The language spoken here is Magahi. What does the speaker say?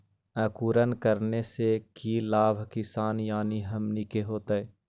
अंकुरण करने से की लाभ किसान यानी हमनि के होतय?